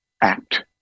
act